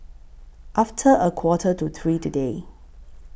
after A Quarter to three today